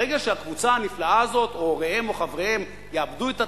ברגע שהקבוצה הנפלאה הזאת או הוריהם או חבריהם יאבדו את התקווה,